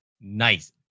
nice